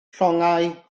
llongau